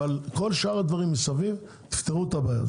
אבל כל שאר הדברים מסביב, תפתרו את הבעיה.